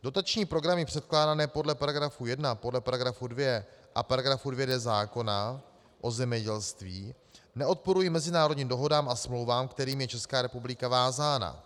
Dotační programy předkládané podle § 1, podle § 2 a § 2d zákona o zemědělství neodporují mezinárodním dohodám a smlouvám, kterými je Česká republika vázána.